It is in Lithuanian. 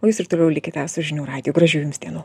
o jūs ir toliau likite su žinių radiju gražių jums dienų